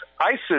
ISIS